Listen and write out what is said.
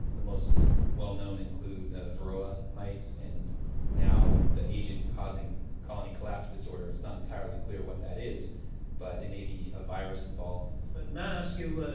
the most well-known include the varroa mites and now the agent causing colony collapse disorder. it's not entirely clear what that is but there and may be a virus involved. but may i ask you, ah